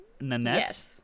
Nanette